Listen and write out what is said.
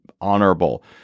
honorable